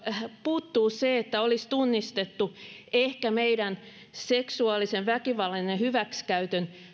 puuttuu se että olisi tunnistettu meidän seksuaalisen väkivallan ja hyväksikäytön ehkä